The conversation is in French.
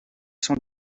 sont